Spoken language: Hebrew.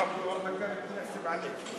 וכולכם שמעתם את הדברים הנכוחים,